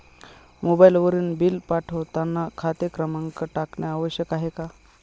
मोबाईलवरून बिल पाठवताना खाते क्रमांक टाकणे आवश्यक आहे का?